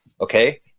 okay